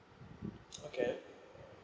okay